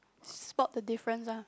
spot the difference ah